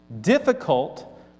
difficult